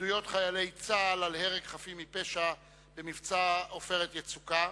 עדויות חיילי צה"ל על הרג חפים מפשע במבצע "עופרת יצוקה",